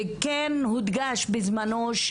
וכן הודגש בזמנו,